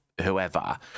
whoever